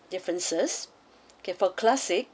differences okay for classic